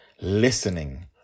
listening